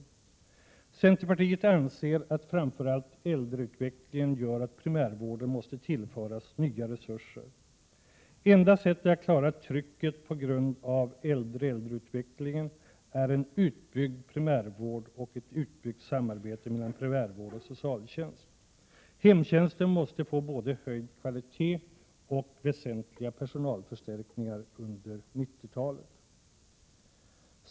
Vi i centerpartiet anser att framför allt utvecklingen inom äldreomsorgen gör att primärvården måste tillföras nya resurser. Enda sättet att klara trycket på grund av äldre-äldre-utvecklingen är en utbyggd primärvård och ett utbyggt samarbete mellan primärvård och socialtjänst. Kvaliteten på hemtjänsten måste bli betydligt bättre. Dessutom måste ordentliga personalförstärkningar åstadkommas under 90-talet.